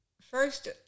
first